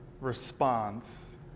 response